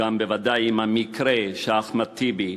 בוודאי גם עם המקרה שאחמד טיבי